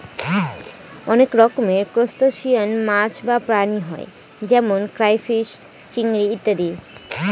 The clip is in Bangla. অনেক রকমের ত্রুসটাসিয়ান মাছ বা প্রাণী হয় যেমন ক্রাইফিষ, চিংড়ি ইত্যাদি